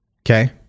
Okay